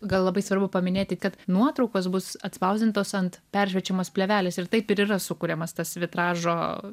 gal labai svarbu paminėti kad nuotraukos bus atspausdintos ant peršviečiamos plėvelės ir taip ir yra sukuriamas tas vitražo